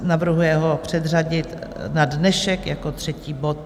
Navrhuje ho předřadit na dnešek jako třetí bod.